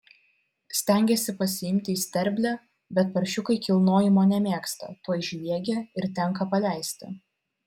stengiasi pasiimti į sterblę bet paršiukai kilnojimo nemėgsta tuoj žviegia ir tenka paleisti